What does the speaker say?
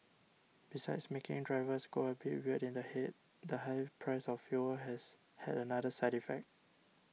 besides making drivers go a bit weird in the head the high price of fuel has had another side effect